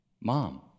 Mom